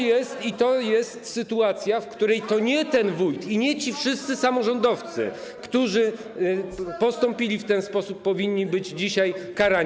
I to jest sytuacja, w której to nie ten wójt ani ci wszyscy samorządowcy, którzy postąpili w ten sposób, powinni być dzisiaj karani.